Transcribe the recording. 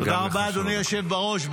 תודה רבה, אדוני היושב בראש.